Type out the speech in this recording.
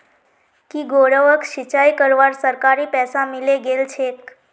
की गौरवक सिंचाई करवार सरकारी पैसा मिले गेल छेक